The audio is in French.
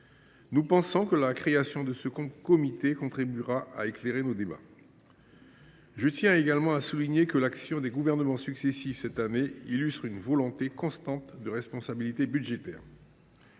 Nous pensons que la création de ce comité contribuera à éclairer nos débats. Je tiens également à souligner que l’action des gouvernements successifs, cette année, illustre une volonté constante de responsabilité budgétaire.